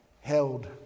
held